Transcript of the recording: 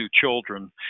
children